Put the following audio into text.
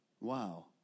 Wow